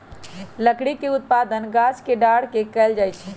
लकड़ी के उत्पादन गाछ के डार के कएल जाइ छइ